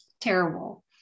Terrible